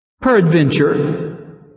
peradventure